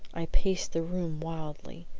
i paced the room wildly.